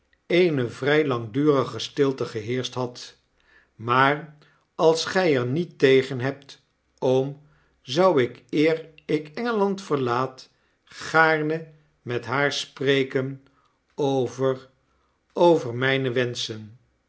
eene vrij langdurige stilte geheerscht had jraaar als gy er niet tegen hebt oom zouik er ik en gel and verlaat gaarne met haar ipreken over over mijne wenschen